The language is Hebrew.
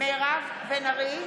מירב בן ארי,